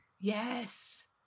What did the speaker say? yes